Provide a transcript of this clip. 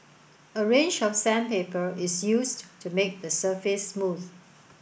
a range of sandpaper is used to make the surface smooth